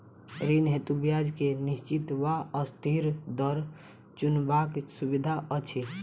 ऋण हेतु ब्याज केँ निश्चित वा अस्थिर दर चुनबाक सुविधा अछि